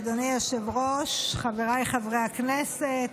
אדוני היושב-ראש, חבריי חברי הכנסת,